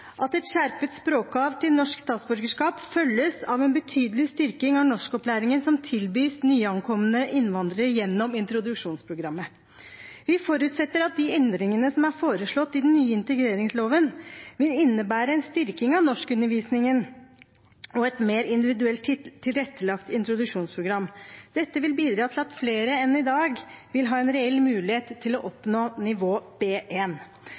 at et skjerpet språkkrav til norsk statsborgerskap følges av en betydelig styrking av norskopplæringen som tilbys nyankomne innvandrere gjennom introduksjonsprogrammet. Vi forutsetter at de endringene som er foreslått i den nye integreringsloven, vil innebære en styrking av norskundervisningen og et mer individuelt tilrettelagt introduksjonsprogram. Dette vil bidra til at flere enn i dag vil ha en reell mulighet til å oppnå nivå